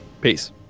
peace